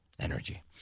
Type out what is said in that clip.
energy